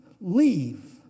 leave